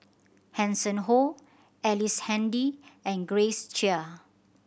Hanson Ho Ellice Handy and Grace Chia